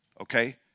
okay